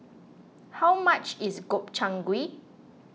how much is Gobchang Gui